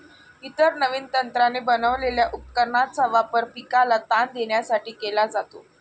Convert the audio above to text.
इतर नवीन तंत्राने बनवलेल्या उपकरणांचा वापर पिकाला ताण देण्यासाठी केला जातो